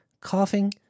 coughing